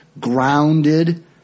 grounded